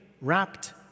wrapped